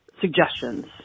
suggestions